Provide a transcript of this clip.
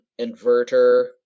inverter